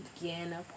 again